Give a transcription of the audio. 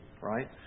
right